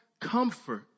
comfort